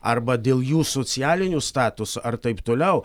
arba dėl jų socialinio statuso ar taip toliau